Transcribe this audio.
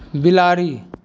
बिलाड़ि